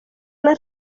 las